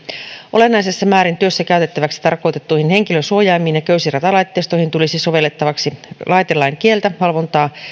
olennaisessa määrin työssä käytettäväksi tarkoitettuihin henkilönsuojaimiin ja köysiratalaitteistoihin tulisi sovellettavaksi laitelain kieliä valvontaa ja